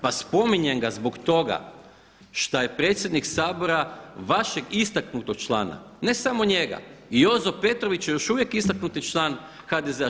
Pa spominjem ga zbog toga što ja predsjednik Sabora vašeg istaknutog člana, ne samo njega i Jozo Petrović je još uvijek istaknuti član HDZ-a.